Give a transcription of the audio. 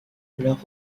leur